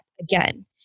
again